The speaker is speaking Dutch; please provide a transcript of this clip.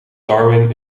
darwin